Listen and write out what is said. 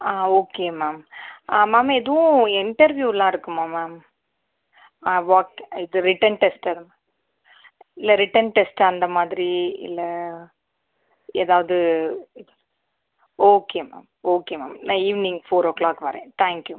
ஆ okay ma'am ma'am எதுவும் இன்டெர்வ்யூலாம் இருக்குமா மேம் வாக் இது ரிட்டன் டெஸ்ட் அதுமா இல்லை ரிட்டன் டெஸ்ட்டு அந்த மாதிரி இல்லை ஏதாவது ஓகே மேம் ஓகே மேம் நான் ஈவினிங் ஃபோர் ஓ க்ளாக் வரேன் தேங்க் யூ மேம்